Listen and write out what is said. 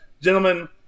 Gentlemen